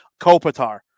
Kopitar